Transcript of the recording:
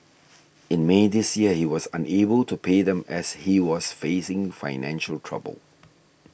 in May this year he was unable to pay them as he was facing financial trouble